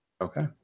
okay